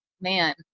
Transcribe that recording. Man